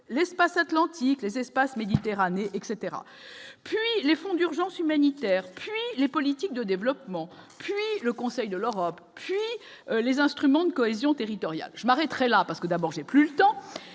l'espace Atlantique les espaces Méditerranée etc, puis les fonds d'urgence humanitaire, les politiques de développement, le Conseil de l'Europe, les instruments de cohésion territoriale je m'arrêterai là, parce que d'abord j'ai plus le temps